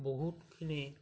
বহুতখিনি